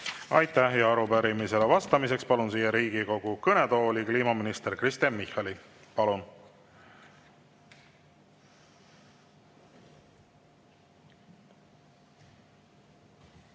Aitäh! Arupärimisele vastamiseks palun Riigikogu kõnetooli kliimaminister Kristen Michali. Palun!